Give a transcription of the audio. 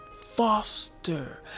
foster